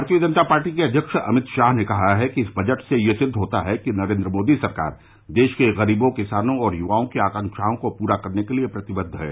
भारतीय जनता पार्टी अध्यक्ष अमित शाह ने कहा है कि इस बजट से यह सिद्व होता है कि नरेन्द्र मोदी सरकार देश के गरीबों किसानों और युवाओं की आकांक्राओं को पूरा करने के लिये प्रतिबद्व है